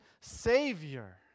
Savior